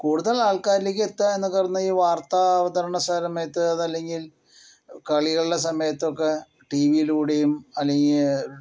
കൂടുതൽ ആൾക്കാരിലേക്ക് എത്താന്നൊക്കെ പറഞ്ഞാൽ ഈ വാർത്ത അവതരണ സമയത്ത് അതെല്ലെങ്കിൽ കളികളെ സമയത്തൊക്കെ ടിവിയിലൂടെയും അല്ലെങ്കിൽ